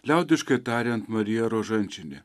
liaudiškai tariant marija rožančinė